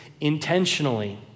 intentionally